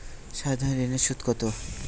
সাধারণ ঋণের সুদ কত?